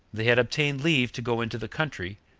they had obtained leave to go into the country,